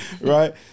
Right